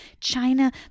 china